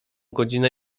godzinę